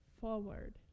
forward